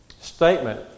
Statement